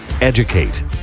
educate